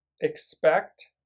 expect